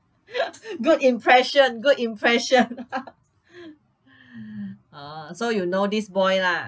good impression good impression oh so you know this boy lah